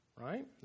right